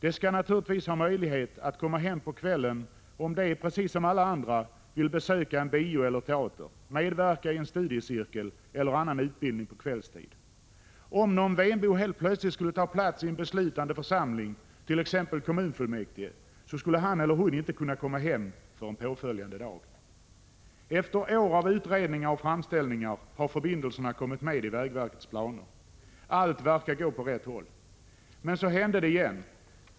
De skall naturligtvis ha möjlighet att komma hem på kvällen om de, som alla andra, vill besöka bio eller teater, medverka i en studiecirkel eller annan utbildning på kvällstid. Om någon venbo helt plötsligt skulle ta plats i en beslutande församling, t.ex. kommunfullmäktige, så skulle han eller hon inte kunna komma hem förrän påföljande dag. Efter år av utredningar och framställningar har förbindelserna kommit med i vägverkets planer. Allt verkade gå åt rätt håll. Men så hände det igen.